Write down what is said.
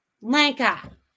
Lanka